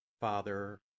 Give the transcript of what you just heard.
Father